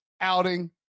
outing